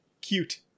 cute